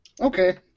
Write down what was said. Okay